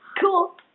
Cool